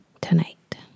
tonight